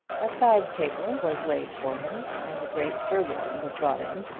a side-table was laid for him, and a great sirloin was brought in.